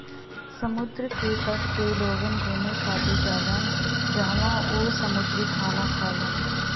समुंदर के तट पे लोग घुमे खातिर जालान जहवाँ उ समुंदरी खाना खालन